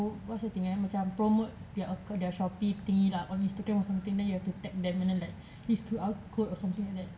what's the thing eh macam promote their Shopee thingy lah on Instagram or something lah then you have to tag them and then like use Q_R code or something like that